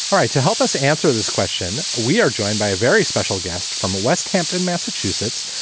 all right. to help us answer this question, we are joined by a very special guest from west hampton, massachusetts.